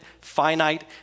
finite